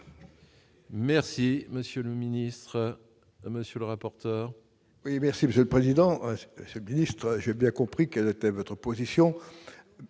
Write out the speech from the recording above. Merci monsieur le ministre, monsieur le rapporteur. Oui, merci Monsieur le Président, c'est de l'histoire, j'ai bien compris quelle était votre position,